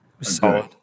Solid